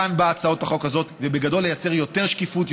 כאן באה הצעת החוק הזאת בגדול לייצר יותר שקיפות,